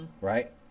right